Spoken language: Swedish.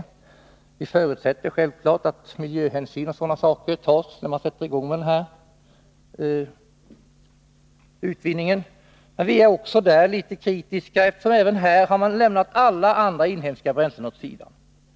Men vi förutsätter självfallet att miljöhänsyn och andra hänsyn tas när utvinningen sätts i gång. Vi är också litet kritiska, eftersom man även här har lämnat alla andra inhemska bränslen åt sidan.